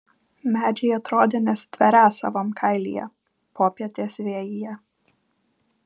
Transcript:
medžiai atrodė nesitverią savam kailyje popietės vėjyje